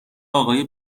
آقای